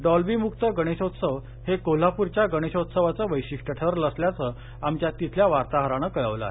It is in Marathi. डॉल्बीमुक्त गणेशोत्सव हे कोल्हापूरच्या गणेशोत्सवाचं वैशिष्ट्य ठरलं असल्याचं आमच्या तिथल्या वार्ताहरानं कळवलं आहे